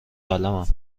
قلمم